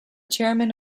chairman